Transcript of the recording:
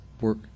work